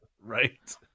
Right